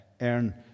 earn